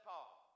Paul